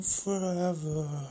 forever